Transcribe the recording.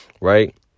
Right